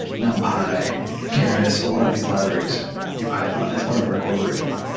numpy, keras, a lot of these libraries in python as part of our core curr iculum.